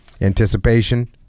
anticipation